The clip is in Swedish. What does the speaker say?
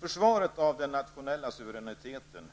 Försvaret av den nationella suveräniteten